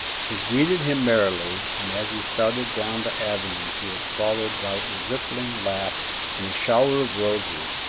she greeted him merrily, and as he started down the avenue he was followed by a rippling laugh and a shower of roses,